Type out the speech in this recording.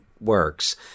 works